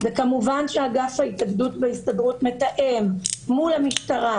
וכמובן שאגף ההתאגדות בהסתדרות מתאם מול המשטרה,